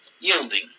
yielding